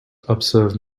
observe